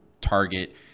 target